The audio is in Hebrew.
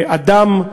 אדם,